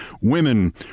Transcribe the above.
women